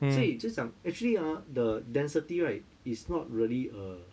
所以就是讲 actually ah the density right is not really a